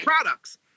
products